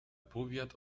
powiat